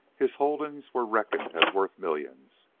his holdings were reckoned as worth millions,